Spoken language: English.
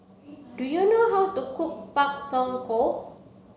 do you know how to cook pak thong ko